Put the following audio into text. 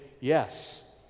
yes